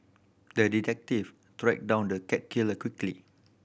the detective tracked down the cat killer quickly